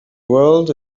world